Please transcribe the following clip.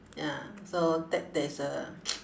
ya so that there is a